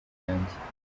yanjye